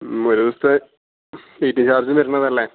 ഒരു ദിവസത്തെ waiting charge വരുന്നതല്ലേ